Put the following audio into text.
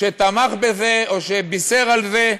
שתמך בזה או שבישר על זה,